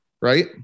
right